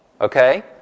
Okay